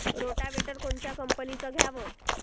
Rotavator कोनच्या कंपनीचं घ्यावं?